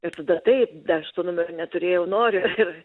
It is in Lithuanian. ir tada taip dar aš to numerio neturėjau noriu ir